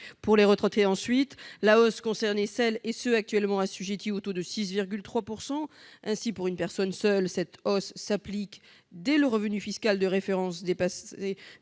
aux retraités : la hausse concernait celles et ceux qui sont actuellement assujettis au taux de 6,3 %. Ainsi, pour une personne seule, cette hausse s'applique dès que le revenu fiscal de référence dépasse